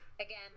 again